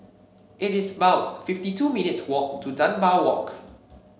it is about fifty two minutes' walk to Dunbar Walk